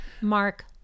Mark